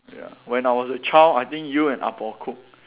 ya when I was a child I think you and ah-po cooked